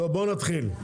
בואו נתחיל.